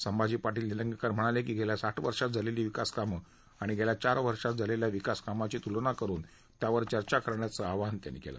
संभाजी पाटील निलंगेकर म्हणाले की गेल्या साठ वर्षात झालेली विकास कामे आणि गेल्या चार वर्षात झालेल्या विकास कामाची तुलना करुन त्यावर चर्चा करण्याच आवाहन त्यांनी केलं